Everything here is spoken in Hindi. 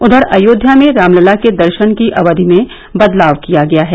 उधर अयोध्या में रामलला के दर्शन की अवधि में बदलाव किया गया है